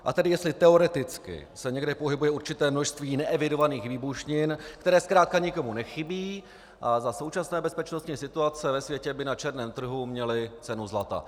A tedy jestli teoreticky se někde pohybuje určité množství neevidovaných výbušnin, které zkrátka nikomu nechybí a za současné bezpečnostní situace ve světě by na černém trhu měly cenu zlata.